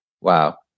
wow